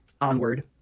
Onward